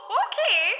okay